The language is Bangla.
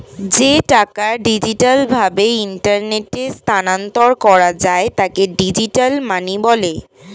যে টাকা ডিজিটাল ভাবে ইন্টারনেটে স্থানান্তর করা যায় তাকে ডিজিটাল মানি বলে